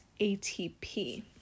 ATP